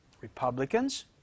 Republicans